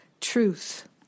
truth